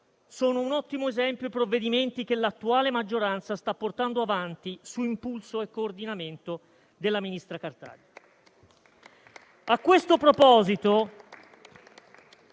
sono un ottimo esempio i provvedimenti che l'attuale maggioranza sta portando avanti, su impulso e coordinamento della ministra Cartabia.